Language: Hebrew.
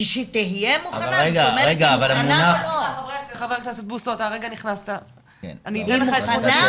היא מוכנה או לא?